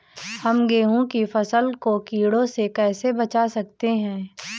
हम गेहूँ की फसल को कीड़ों से कैसे बचा सकते हैं?